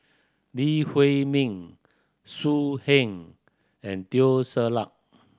Lee Huei Min So Heng and Teo Ser Luck